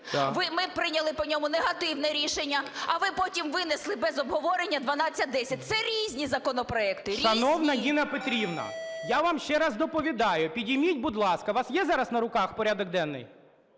Ми прийняли по ньому негативне рішення. А ви потім винесли без обговорення 1210. Це різні законопроекти. Різні. ГОЛОВУЮЧИЙ. Шановна Ніна Петрівна, я вам ще раз доповідаю. Підніміть, будь ласка… У вас є зараз на руках порядок денний?